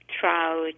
trout